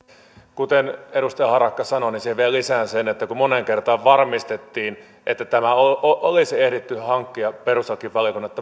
kuten edustaja harakka sanoi siihen vielä lisään sen että kun moneen kertaan varmistettiin että olisi ehditty hankkia perustuslakivaliokunnalta